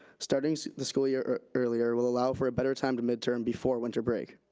starting the school year earlier will allow for a better time to midterm before winter break.